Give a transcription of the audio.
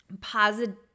positive